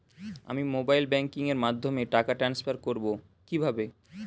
আমি mobile banking এর মাধ্যমে টাকা টান্সফার করব কিভাবে?